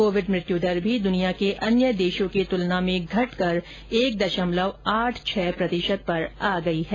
Covid मृत्यु दर भी दुनिया के अन्य देशों की तुलना में घटकर एक दशमलव आठ छह प्रतिशत पर आ गई है